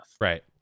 Right